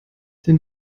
den